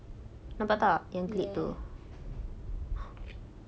ya